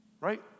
Right